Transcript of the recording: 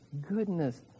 goodness